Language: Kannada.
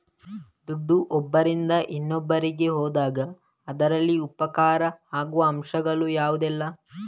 ದುಡ್ಡು ಒಬ್ಬರಿಂದ ಇನ್ನೊಬ್ಬರಿಗೆ ಹೋದಾಗ ಅದರಲ್ಲಿ ಉಪಕಾರ ಆಗುವ ಅಂಶಗಳು ಯಾವುದೆಲ್ಲ?